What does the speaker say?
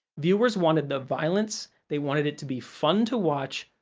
viewers wanted the violence, they wanted it to be fun to watch,